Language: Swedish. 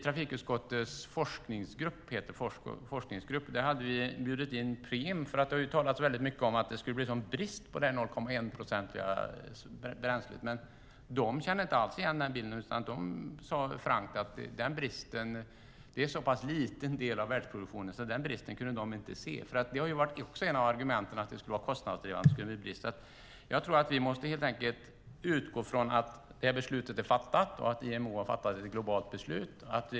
Trafikutskottets forskningsgrupp bjöd in Preem. Det har talats mycket om att det skulle bli en sådan brist på 0,1-procentigt bränsle. Men de kände inte alls igen den bilden. De sade frankt att detta är en så liten del av världsproduktionen att de inte kunde se denna brist. Att det skulle vara kostnadsdrivande har också varit ett av argumenten. Jag tror helt enkelt att vi måste utgå från att detta beslut är fattat och att IMO har fattat ett globalt beslut.